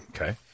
Okay